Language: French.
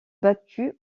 battue